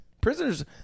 Prisoners